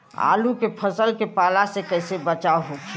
आलू के फसल के पाला से कइसे बचाव होखि?